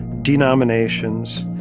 denominations,